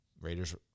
Raiders